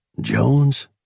Jones